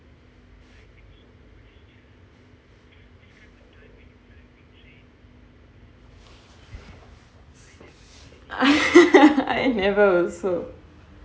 I never also